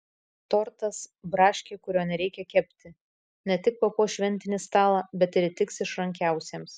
tortas braškė kurio nereikia kepti ne tik papuoš šventinį stalą bet ir įtiks išrankiausiems